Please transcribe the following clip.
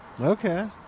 Okay